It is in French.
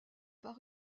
pas